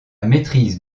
maîtrise